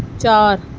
چار